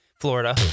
Florida